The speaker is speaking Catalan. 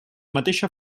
mateixa